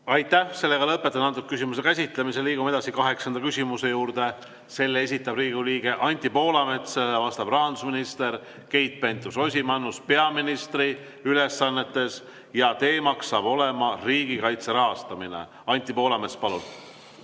Aitäh! Lõpetan selle küsimuse käsitlemise. Liigume edasi kaheksanda küsimuse juurde. Selle esitab Riigikogu liige Anti Poolamets, sellele vastab rahandusminister Keit Pentus-Rosimannus peaministri ülesannetes ja teema on riigikaitse rahastamine. Anti Poolamets, palun!